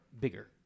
bigger